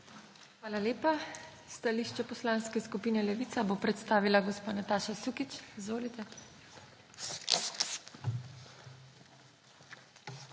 Hvala lepa. Stališče Poslanske skupine Levica bo predstavila Nataša Sukič. Izvolite.